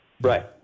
right